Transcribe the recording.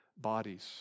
bodies